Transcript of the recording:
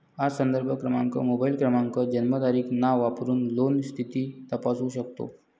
अर्ज संदर्भ क्रमांक, मोबाईल क्रमांक, जन्मतारीख, नाव वापरून लोन स्थिती तपासू शकतो